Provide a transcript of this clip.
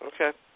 Okay